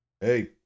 Hey